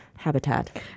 habitat